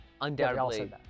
undoubtedly